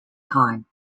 time